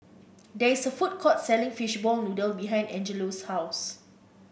there is a food court selling Fishball Noodle behind Angelo's house